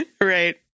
Right